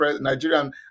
Nigerian